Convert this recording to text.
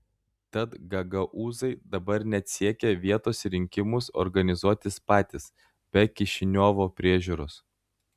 tad gagaūzai dabar net siekia vietos rinkimus organizuotis patys be kišiniovo priežiūros